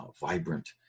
vibrant